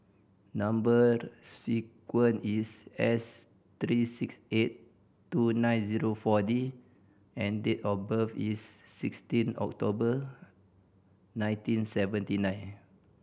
number sequence is S three six eight two nine zero Four D and date of birth is sixteen October nineteen seventy nine